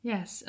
Yes